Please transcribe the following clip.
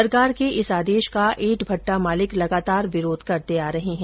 सरकार के इस आदेश का ईंट भट्ठा मालिक लगातार विरोध करते आ रहे हैं